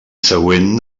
següent